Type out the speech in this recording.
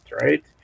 right